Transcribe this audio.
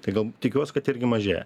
tai gal tikiuos kad irgi mažėja